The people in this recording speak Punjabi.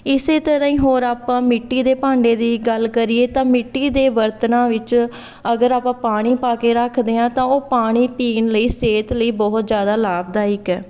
ਇਸੇ ਤਰ੍ਹਾਂ ਹੀ ਹੋਰ ਆਪਾਂ ਮਿੱਟੀ ਦੇ ਭਾਂਡੇ ਦੀ ਗੱਲ ਕਰੀਏ ਤਾਂ ਮਿੱਟੀ ਦੇ ਬਰਤਨਾਂ ਵਿੱਚ ਅਗਰ ਆਪਾਂ ਪਾਣੀ ਪਾ ਕੇ ਰੱਖਦੇ ਹਾਂ ਤਾਂ ਉਹ ਪਾਣੀ ਪੀਣ ਲਈ ਸਿਹਤ ਲਈ ਬਹੁਤ ਜ਼ਿਆਦਾ ਲਾਭਦਾਇਕ ਹੈ